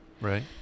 right